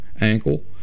ankle